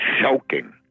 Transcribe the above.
soaking